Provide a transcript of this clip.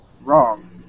Wrong